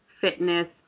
fitness